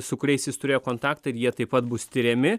su kuriais jis turėjo kontaktą ir jie taip pat bus tiriami